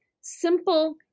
simple